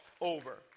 over